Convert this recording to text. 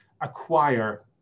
acquire